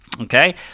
okay